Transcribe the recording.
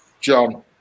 John